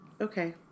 okay